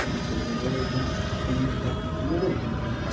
یِتھ پٲٹھۍ مےٚ گۄڈَے ووٚن سُہ چھِ پَنٕنۍ کَتھ نٮ۪بَر کُن ترٛاوان